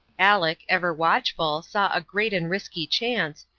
aleck, ever watchful saw a great and risky chance,